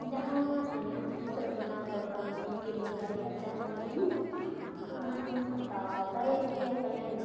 ᱡᱟᱦᱟᱸ ᱤᱧᱟᱹᱜ ᱦᱤᱥᱟᱹᱵ ᱨᱮᱱᱟᱜ ᱫᱚᱨᱫᱟᱢ ᱛᱤᱧ ᱠᱤᱨᱤᱧ ᱫᱟᱲᱮᱭᱟᱜ ᱡᱟᱦᱟᱱ ᱡᱤᱱᱤᱥ ᱚᱱᱟᱧ ᱦᱟᱛᱟᱣ ᱫᱟᱲᱮᱭᱟᱜ ᱜᱮᱭᱟ ᱯᱟᱞᱮᱱ